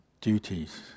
duties